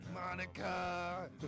Monica